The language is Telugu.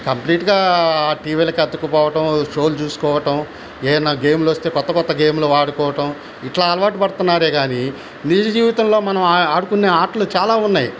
కంప్లీట్గా టీవీలకు అతుక్కుపోవటం షోలు చూసుకోవటం ఏవైనా గేములు వస్తే కొత్తకొత్త గేములు వాడుకోవటం ఇట్లా అలవాటు పడుతున్నారే గాని నిజ జీవితంలో మనం ఆడుకునే ఆటలు చాలా ఉన్నాయి